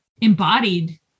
embodied